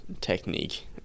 technique